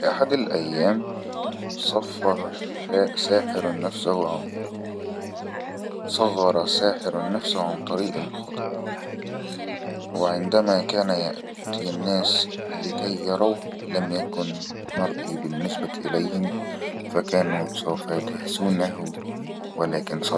في احد الأيام صفر الشاحر نفس صغر ساحر النفس عن طريق الخطأ وعندما كان يأتي الناس اللي كي يروه لم يكن مرئي بالنسبة إليهم فكانوا سوف يدهسونه ولكن صاروا